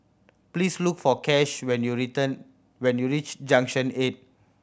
please look for Kash when you return when you reach Junction Eight